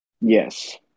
Yes